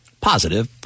Positive